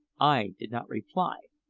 i did not reply,